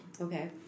Okay